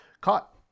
caught